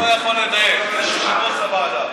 הוא לא יכול לנהל אלא יושב-ראש הוועדה.